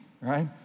right